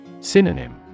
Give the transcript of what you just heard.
Synonym